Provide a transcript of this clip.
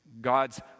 God's